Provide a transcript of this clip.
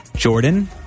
Jordan